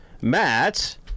Matt